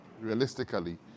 realistically